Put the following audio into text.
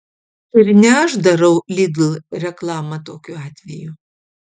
ir ne aš darau lidl reklamą tokiu atveju